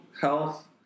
health